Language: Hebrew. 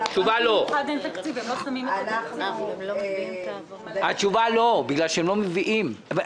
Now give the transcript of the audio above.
התשובה היא לא, בגלל שהם לא מביאים בקשות.